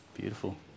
Beautiful